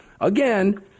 again